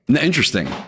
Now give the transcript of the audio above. interesting